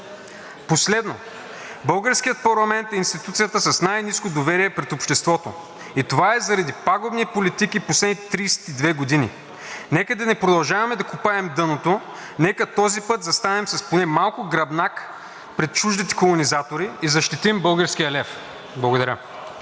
Последно. Българският парламент е институцията с най-ниско доверие пред обществото и това е заради пагубни политики в последните 32 години. Нека да не продължаваме да копаем дъното, нека този път застанем с поне малко гръбнак пред чуждите колонизатори и да защитим българския лев! Благодаря.